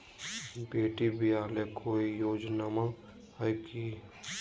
बेटी ब्याह ले कोई योजनमा हय की?